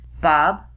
Bob